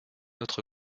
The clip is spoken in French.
autre